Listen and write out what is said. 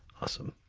awesome.